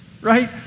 right